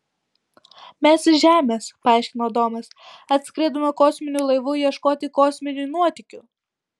mes iš žemės paaiškino domas atskridome kosminiu laivu ieškoti kosminių nuotykių